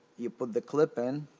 you put the clip in.